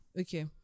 okay